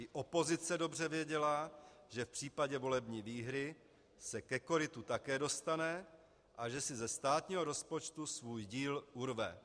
I opozice dobře věděla, že v případě volební výhry se ke korytu také dostane a že si ze státního rozpočtu svůj díl urve.